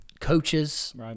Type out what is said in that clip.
coaches